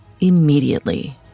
immediately